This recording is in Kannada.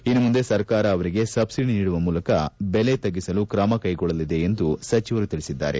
ಇನ್ನು ಮುಂದೆ ಸರ್ಕಾರ ಅವರಿಗೆ ಸಬ್ಲಡಿ ನೀಡುವ ಮೂಲಕ ಬೆಲೆ ತಗ್ಗಿಸಲು ಕ್ರಮ ಕೈಗೊಳ್ಳಲಿದೆ ಎಂದು ಸಚವರು ತಿಳಿಸಿದ್ದಾರೆ